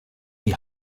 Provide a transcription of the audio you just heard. die